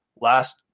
last